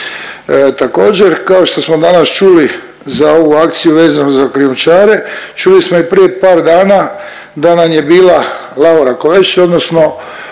Također kao što smo danas čuli za ovu akciju vezano za krijumčare čuli smo i prije par dana da nam je bila Laura Kovesi odnosno